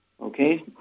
Okay